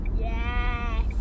Yes